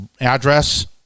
address